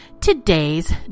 today's